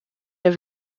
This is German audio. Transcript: der